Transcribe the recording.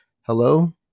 hello